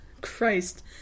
Christ